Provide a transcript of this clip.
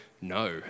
no